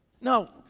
No